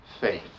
faith